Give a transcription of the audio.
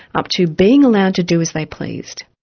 up to being allowed to do as they pleased.